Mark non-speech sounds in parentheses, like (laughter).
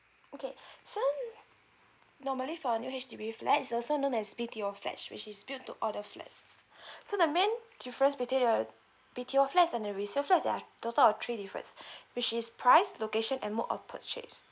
okay (breath) so normally for a new H_D_B flat is also known as B_T_O flat which is build to order flats (breath) so that mean difference between a B_T_O flats and the resale flats there are total of three difference (breath) which is price location and mode of purchase